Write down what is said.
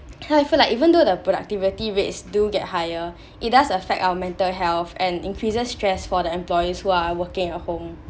cause I feel like even though the productivity rates do get higher it does affect our mental health and increases stress for the employees who are working at home